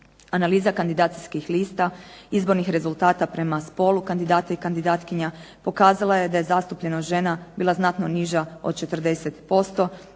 Analiza kandidacijskih lista izbornih rezultata prema spolu kandidata i kandidatkinja pokazala je da je zastupljenost žena bila znatno niža od 40%,